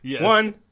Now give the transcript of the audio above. One